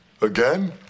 Again